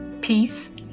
peace